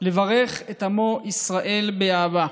לברך את עמו ישראל באהבה: